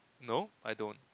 no I don't